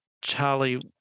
Charlie